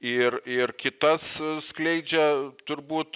ir ir kitas skleidžia turbūt